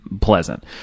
pleasant